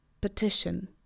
petition